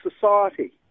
society